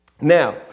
Now